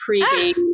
pregame